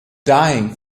dying